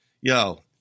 yo